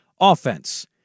offense